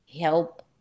help